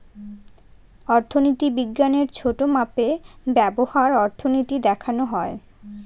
অর্থনীতি বিজ্ঞানের ছোটো মাপে ব্যবহার অর্থনীতি দেখানো হয়